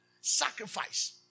sacrifice